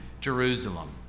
Jerusalem